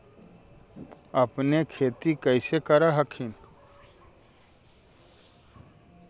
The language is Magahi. अपने खेती कैसे कर हखिन?